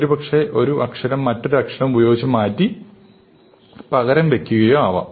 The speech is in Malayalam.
ഒരുപക്ഷേ ഒരു അക്ഷരം മറ്റൊരു അക്ഷരം ഉപയോഗിച്ച് മാറ്റി പകരം വയ്ക്കുകയോ ആവാം